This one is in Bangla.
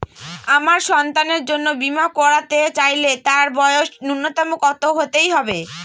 আমার সন্তানের জন্য বীমা করাতে চাইলে তার বয়স ন্যুনতম কত হতেই হবে?